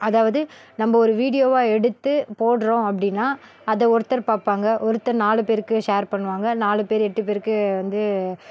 அதாவது நம்ம ஒரு வீடியோவை எடுத்து போடுறோம் அப்படீன்னா அதை ஒருத்தர் பார்ப்பாங்க ஒருத்தர் நாலு பேருக்கு ஷேர் பண்ணுவாங்க நாலு பேர் எட்டு பேருக்கு வந்து